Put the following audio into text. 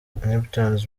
neptunez